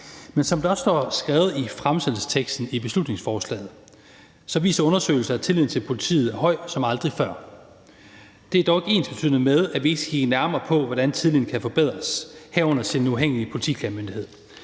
og som det også står skrevet i teksten i det fremsatte beslutningsforslag, viser undersøgelser, at tilliden til politiet er høj som aldrig før. Det er dog ikke ensbetydende med, at vi ikke skal kigge nærmere på, hvordan tilliden kan forbedres, herunder til Den Uafhængige Politiklagemyndighed,